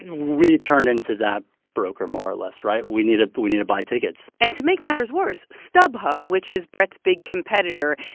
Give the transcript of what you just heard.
we turned into that broker more or less, right? we need ah we need to buy tickets and to make matters worse, stubhub, which is brett's big competitor,